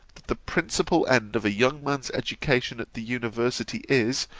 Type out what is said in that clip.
the principal end of a young man's education at the university, is,